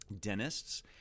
Dentists